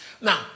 Now